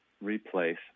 replace